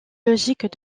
logique